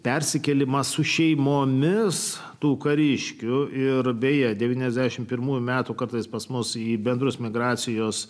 persikėlimas su šeimomis tų kariškių ir beje devyniasdešim pirmųjų metų kartais pas mus į bendrus migracijos